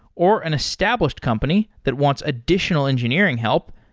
or an established company that wants additional engineering help,